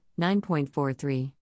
9.43